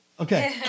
Okay